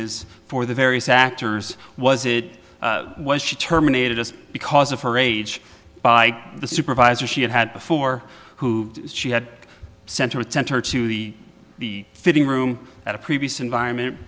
is for the various actors was it was she terminated just because of her age by the supervisor she had had before who she had sent to attend her to be the fitting room at a previous environment